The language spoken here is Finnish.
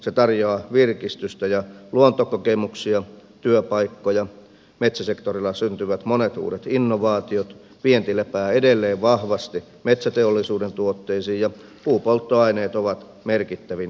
se tarjoaa virkistystä ja luontokokemuksia työpaikkoja metsäsektorilla syntyvät monet uudet innovaatiot vienti lepää edelleen vahvasti metsäteollisuuden tuotteisiin ja puupolttoaineet ovat merkittävin energialähde